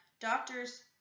doctors